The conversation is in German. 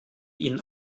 ihnen